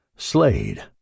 Slade